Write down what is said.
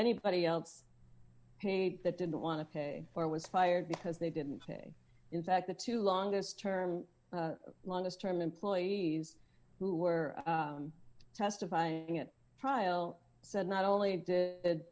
anybody else hate that didn't want to pay for it was fired because they didn't pay in fact the two longest term longest term employees who were testifying at trial said not only did